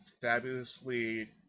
fabulously